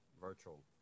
virtual